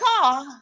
car